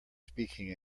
speaking